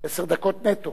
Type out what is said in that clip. עשר דקות נטו.